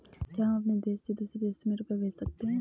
क्या हम अपने देश से दूसरे देश में रुपये भेज सकते हैं?